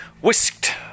whisked